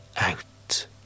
out